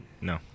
No